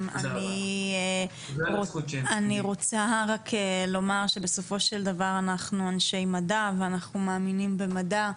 אני רוצה לומר שבסופו של דבר אנחנו אנשי מדע ואנחנו מאמינים במדע,